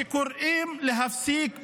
שקוראת להפסיק מלחמה.